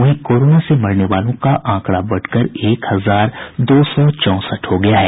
वहीं कोरोना से मरने वालों का आंकड़ा बढ़कर एक हजार दो सौ चौंसठ हो गया है